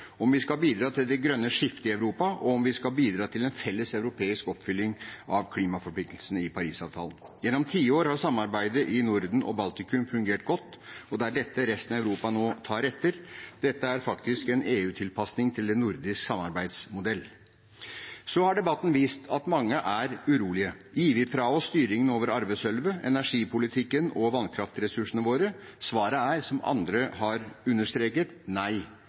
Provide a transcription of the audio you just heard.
om vi skal bidra til det grønne skiftet i Europa, og om vi skal bidra til en felles europeisk oppfyllelse av klimaforpliktelsene i Parisavtalen. Gjennom tiår har samarbeidet i Norden og Baltikum fungert godt, og det er dette resten av Europa nå tar etter. Dette er faktisk en EU-tilpasning til en nordisk samarbeidsmodell. Så har debatten vist at mange er urolige. Gir vi fra oss styringen over arvesølvet, energipolitikken og vannkraftressursene våre? Svaret er – som andre har understreket – nei.